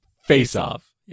face-off